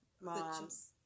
moms